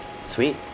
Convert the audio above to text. Sweet